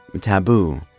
taboo